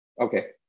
okay